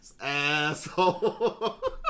Asshole